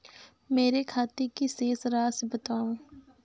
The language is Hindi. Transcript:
मेरे खाते की शेष राशि बताओ?